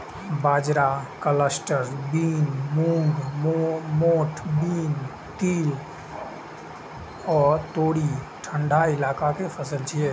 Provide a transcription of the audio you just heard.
बाजरा, cluster bean, मूंग, मोठ बीन, तिल आ तोरी ठंढा इलाका के फसल छियै